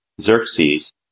Xerxes